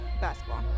Basketball